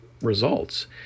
results